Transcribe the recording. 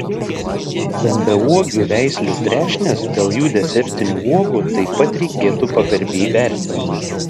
stambiauogių veislių trešnes dėl jų desertinių uogų taip pat reikėtų pagarbiai vertinti